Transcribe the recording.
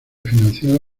financiada